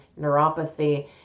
neuropathy